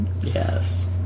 Yes